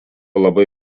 labai